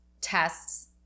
tests